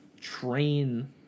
train